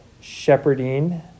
shepherding